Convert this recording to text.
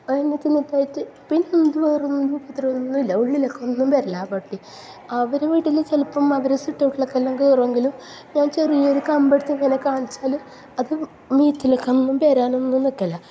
അതിനെ തിന്നിട്ട് ആയിട്ട് പിന്നെ ഇത് വേറെ ഒന്നും ഉപദ്രവൊന്നും ഇല്ല ഉള്ളിലേക്ക് ഒന്നും വരില്ല ആ പട്ടി അവർ വീട്ടിൽ ചിലപ്പം അവർ സിറ്റ് ഔട്ടിലേക്ക് കയറും എങ്കിലും ഞാൻ ചെറിയ ഒരു കമ്പ് എടുത്ത് ഇങ്ങനെ കാണിച്ചാൽ അത് മീത്തിലേക്ക് ഒന്നും വരാനൊന്നും നിൽക്കില്ല